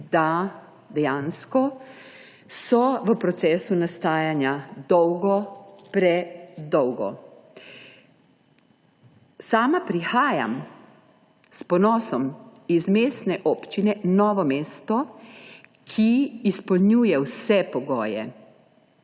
da so v procesu nastajanja dolgo, predolgo. Sama prihajam s ponosom iz Mestne občine Novo mesto, ki izpolnjuje vse pogoje.